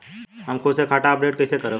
हम खुद से खाता अपडेट कइसे करब?